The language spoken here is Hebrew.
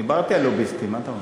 דיברתי על לוביסטים, מה אתה רוצה?